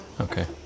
Okay